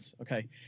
Okay